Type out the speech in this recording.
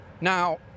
Now